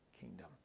kingdom